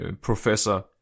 professor